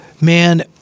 man